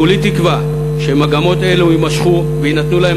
כולי תקווה שמגמות אלה יימשכו ויינתנו להן